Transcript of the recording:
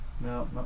No